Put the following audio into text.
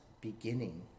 beginning